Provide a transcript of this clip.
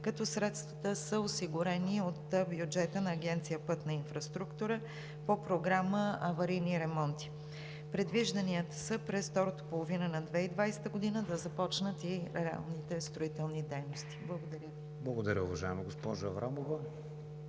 като средствата са осигурени от бюджета на Агенция „Пътна инфраструктура“ по Програма „Аварийни ремонти“. Предвижданията са през втората половина на 2020 г. да започнат и реалните строителни дейности. Благодаря. ПРЕДСЕДАТЕЛ КРИСТИАН ВИГЕНИН: